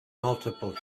multiple